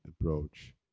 approach